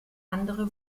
andere